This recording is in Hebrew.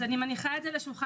אז אני מניחה את זה על השולחן,